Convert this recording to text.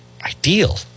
Ideal